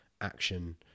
action